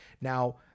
Now